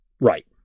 right